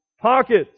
Pockets